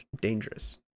dangerous